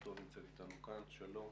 שמשפחתו נמצאת אתנו כאן, שלום,